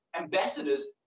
ambassadors